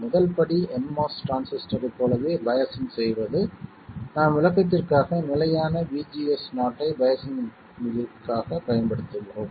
முதல் படி nMOS டிரான்சிஸ்டரைப் போலவே பையாஸ்ஸிங் செய்வது நாம் விளக்கத்திற்காக நிலையான VGS0 பையாஸ்ஸிங்களைப் பயன்படுத்துகிறோம்